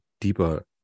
deeper